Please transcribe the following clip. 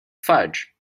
fudge